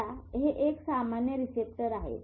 आता हे एक सामान्य रिसेप्टर आहे